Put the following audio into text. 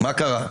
מה קרה?